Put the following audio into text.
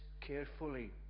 carefully